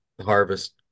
harvest